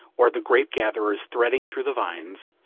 or the grape gatherers threading through the vines,